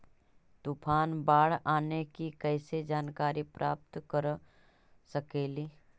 तूफान, बाढ़ आने की कैसे जानकारी प्राप्त कर सकेली?